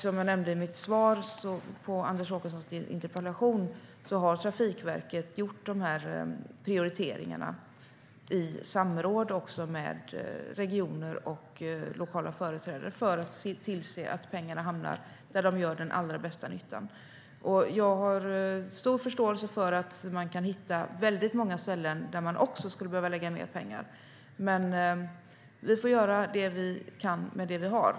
Som jag nämnde i mitt svar på Anders Åkessons interpellation har Trafikverket gjort dessa prioriteringar i samråd med regioner och lokala företrädare för att se till att pengarna hamnar där de gör allra störst nytta. Jag har stor förståelse för att man kan hitta många ställen där man också skulle behöva lägga mer pengar, men vi får göra det vi kan med det vi har.